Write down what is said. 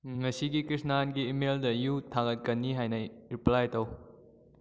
ꯉꯁꯤꯒꯤ ꯀ꯭ꯔꯤꯁꯅꯥꯟꯒꯤ ꯏꯃꯦꯜꯗ ꯌꯨ ꯊꯥꯒꯠꯀꯅꯤ ꯍꯥꯏꯅ ꯔꯤꯄ꯭ꯂꯥꯏ ꯇꯧ